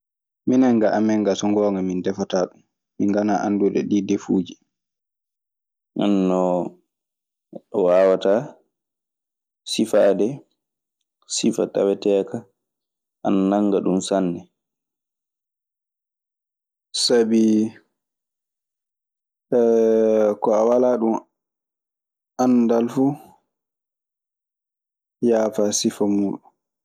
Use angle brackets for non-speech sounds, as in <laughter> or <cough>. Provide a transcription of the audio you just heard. Minen ga amen gaa so ngoonga mi defataa ɗum. Min nganaa annduɓe ndi ndeffuuji. Nden non neɗɗo waawataa sifaade sifa taweteeka ana nannga ɗun sanne. Sabii <hesitation> ko a walaa ɗun anndal fu yaafaa sifa muuɗun.